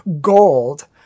gold